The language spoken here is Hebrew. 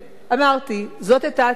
אמרתי: זאת היתה הצעתי.